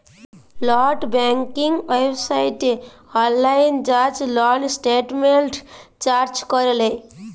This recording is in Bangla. লেট ব্যাংকিং ওয়েবসাইটে অললাইল যাঁয়ে লল ইসট্যাটমেল্ট চ্যাক ক্যরে লেই